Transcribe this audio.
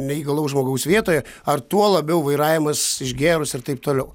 neįgalaus žmogaus vietoje ar tuo labiau vairavimas išgėrus ir taip toliau